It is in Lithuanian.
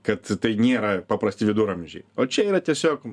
kad tai nėra paprasti viduramžiai o čia yra tiesiog